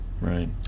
Right